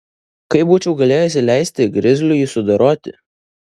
kaip būčiau galėjusi leisti grizliui jį sudoroti